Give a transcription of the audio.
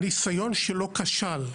הניסיון שלו כשל.